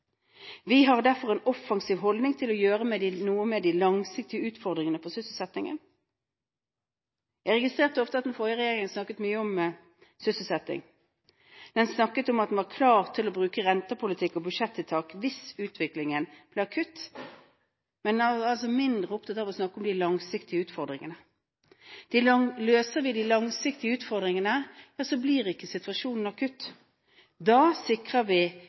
Vi har derfor en offensiv holdning til å gjøre noe med de langsiktige utfordringene for sysselsettingen. Jeg registrerte ofte at den forrige regjeringen snakket mye om sysselsetting. Den snakket om at den var klar til å bruke rentepolitikk og budsjettiltak hvis utviklingen ble akutt, men den var mindre opptatt av å snakke om de langsiktige utfordringene. Løser vi de langsiktige utfordringene, blir ikke situasjonen akutt. Da sikrer vi